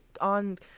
on